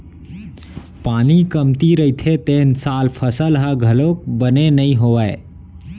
पानी कमती रहिथे तेन साल फसल ह घलोक बने नइ होवय